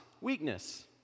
weakness